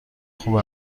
خوب